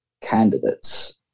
candidates